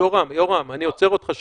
יורם, אני עוצר אותך שנייה,